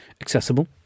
Accessible